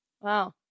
Wow